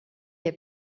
est